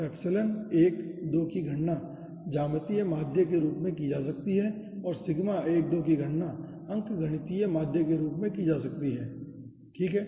तो एप्सिलॉन 1 2 की गणना ज्यामितीय माध्य के रूप में की जा सकती है और सिग्मा 1 2 की गणना अंकगणितीय माध्य के रूप में की जा सकती है ठीक है